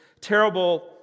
terrible